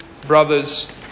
brothers